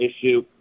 issue